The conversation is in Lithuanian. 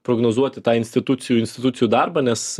prognozuoti tą institucijų institucijų darbą nes